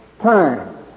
turn